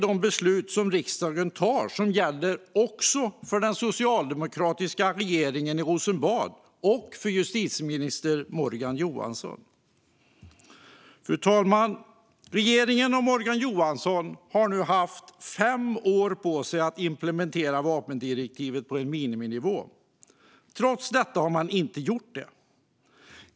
De beslut som riksdagen tar gäller också för den socialdemokratiska regeringen i Rosenbad och för justitieminister Morgan Johansson. Fru talman! Regeringen och Morgan Johansson har nu haft fem år på sig att implementera vapendirektivet på en miniminivå. Trots det har man inte gjort det.